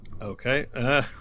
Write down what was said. Okay